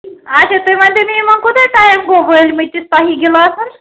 اچھا تُہۍ ؤنتَو مےٚ یِمن کوٗتاہ ٹایِم گوٚو وٲلۍ مٕتِس تۄہہِ یہِ گِلاسَن